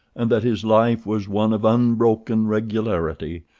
and that his life was one of unbroken regularity,